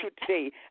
today